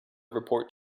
report